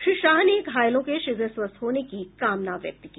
श्री शाह ने घायलों के शीघ्र स्वस्थ होने की कामना व्यक्त की